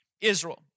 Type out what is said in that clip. Israel